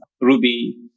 Ruby